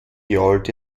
jault